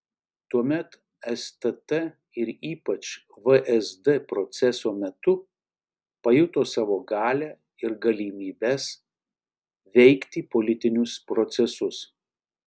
tuomet stt ir ypač vsd proceso metu pajuto savo galią ir galimybes veikti politinius procesus